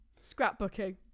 scrapbooking